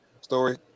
story